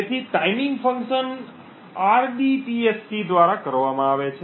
તેથી timing function rdtsc દ્વારા કરવામાં આવે છે